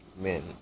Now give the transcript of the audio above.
men